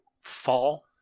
fall